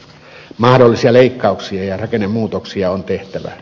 mahdollisia leikkauksia ja rakennemuutoksia on tehtävä